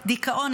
דיכאון,